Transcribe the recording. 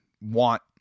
want